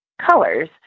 colors